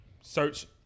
Search